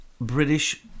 British